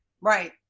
Right